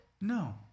No